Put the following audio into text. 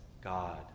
God